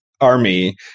army